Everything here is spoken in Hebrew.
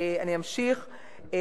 אני אמשיך,